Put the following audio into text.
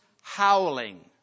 howling